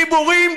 דיבורים.